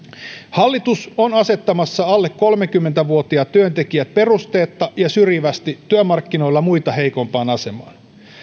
hallitus on asettamassa alle kolmekymmentä vuotiaat työntekijät perusteetta ja syrjivästi työmarkkinoilla muita heikompaan asemaan